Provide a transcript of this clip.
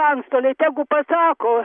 antstoliai tegu pasako